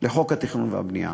לחוק התכנון והבנייה.